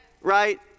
right